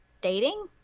dating